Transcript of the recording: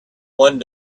one